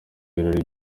birori